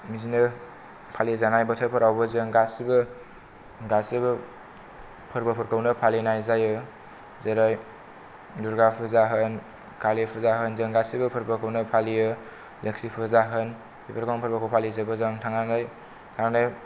बिदिनो फालिजानाय बोथोरफोरावबो जों गासिबो गासिबो फोरबोफोरखौनो फालिनाय जायो जेरै दुर्गा पुजा होन कालि पुजा होन जों गासिबो फोरबोखौनो फालियो लोख्खि पुजा होन बेफोरखौ फालिजोबो जों थांनानै थांनानै